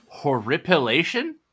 Horripilation